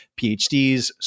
phds